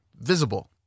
visible